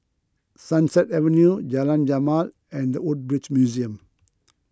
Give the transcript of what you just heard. Sunset Avenue Jalan Jamal and the Woodbridge Museum